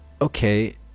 okay